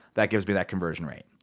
that gives me that conversion rate.